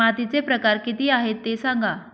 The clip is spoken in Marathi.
मातीचे प्रकार किती आहे ते सांगा